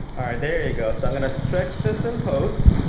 alright, there you go. so i'm going to stretch this in post.